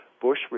Bush